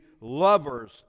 lovers